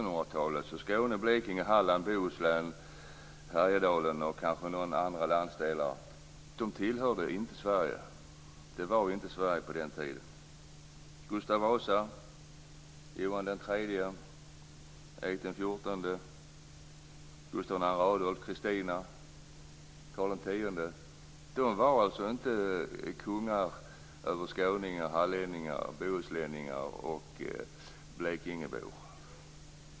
Halland, Bohuslän, Härjedalen och kanske några andra landsdelar Sverige. Gustav Vasa, Johan III, var alltså inte regenter över skåningar, hallänningar, bohuslänningar och blekingebor.